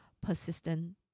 persistent